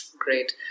Great